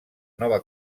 nova